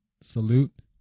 salute